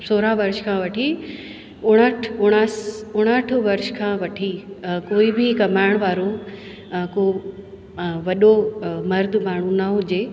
सोरहं वर्ष खां वठी उणहठि उणास उणहठि वर्ष खां वठी कोई बि कमाइण वारो को वॾो मर्द माण्हू न हुजे